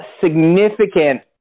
significant